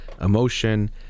emotion